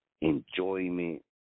enjoyment